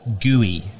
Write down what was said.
gooey